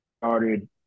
started